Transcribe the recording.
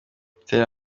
butera